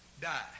Die